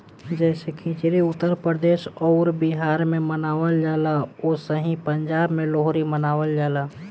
जैसे खिचड़ी उत्तर प्रदेश अउर बिहार मे मनावल जाला ओसही पंजाब मे लोहरी मनावल जाला